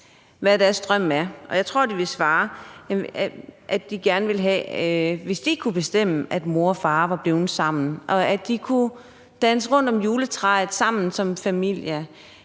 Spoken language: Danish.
hvad deres drøm er, og at de vil svare, at de, hvis de kunne bestemme, gerne ville have, at mor og far var blevet sammen, og at de kunne danse rundt om juletræet sammen som familie.